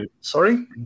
Sorry